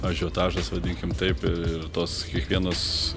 ažiotažas vadinkim taip ir tos kiekvienos